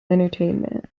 entertainment